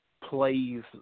plays